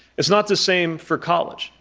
it's not the same for college.